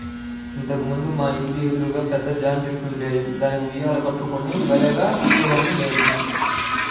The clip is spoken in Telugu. ఇంతకు ముందు మా ఇంటి ఎదురుగా పెద్ద జాంచెట్టు ఉండేది, దానికి ఉయ్యాల కట్టుకుని భల్లేగా ఊగేవాడ్ని నేను